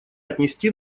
отнести